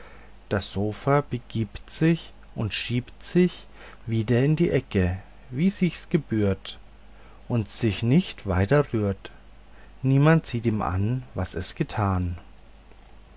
das sofa begibt sich und schiebt sich wieder in die ecke wie sich gebührt und sich nicht weiter rührt niemand sieht ihm an was es getan